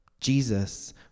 Jesus